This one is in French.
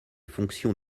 fonctions